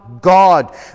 god